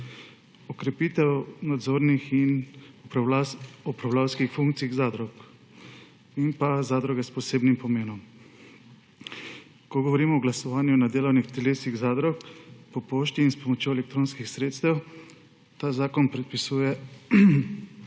okrepitev nadzornih in upravljavskih funkcij zadrug in pa zadruge s posebnim pomenom. Ko govorimo o glasovanju na delovnih telesih zadrug po pošti in s pomočjo elektronskih sredstev, ta zakon predpisuje